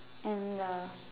and err